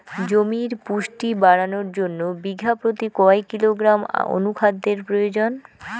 জমির পুষ্টি বাড়ানোর জন্য বিঘা প্রতি কয় কিলোগ্রাম অণু খাদ্যের প্রয়োজন?